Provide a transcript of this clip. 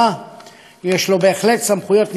יש לו בהחלט סמכויות נרחבות מאוד,